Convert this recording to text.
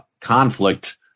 conflict